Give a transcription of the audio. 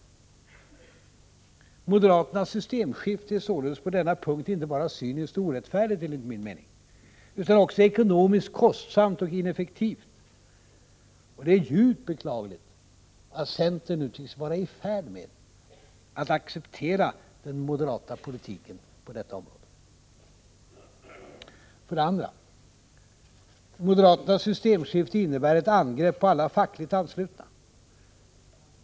Moderaternas ”systemskifte” är således på denna punkt enligt min mening inte bara cyniskt och orättfärdigt, utan också ekonomiskt kostsamt och ineffektivt. Det är djupt beklagligt att centern nu tycks vara i färd med att acceptera den moderata politiken på detta område. För det andra: Moderaternas ”systemskifte” innebär ett angrepp på alla fackligt anslutna.